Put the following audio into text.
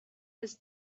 his